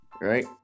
Right